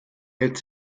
hält